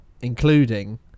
including